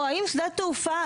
או האם שדה תעופה